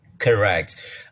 Correct